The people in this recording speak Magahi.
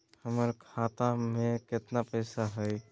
हमर खाता मे केतना पैसा हई?